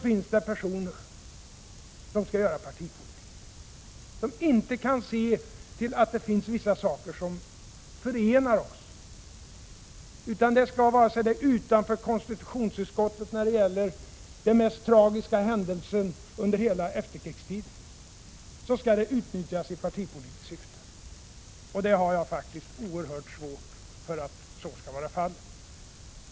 Även de mest tragiska händelser i detta land 21 oktober 1987 finns det personer som vill göra partipolitik av, som inte kan se att det finns vissa saker som förenar oss. Att så skall vara fallet har jag oerhört svårt för.